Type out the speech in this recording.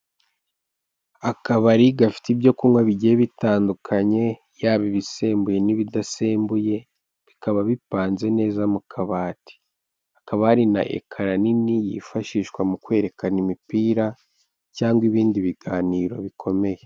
Akabari gafite ibyo kunywa bigiye bitandukanye yaba ibisembuye n'ibidasembuye, bikaba bipanze neza mu kabati hakaba hari na ekara nini yifashishwa mu kwerekana imipira cyangwa ibindi biganiro bikomeye.